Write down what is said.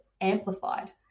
amplified